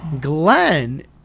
Glenn